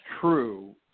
true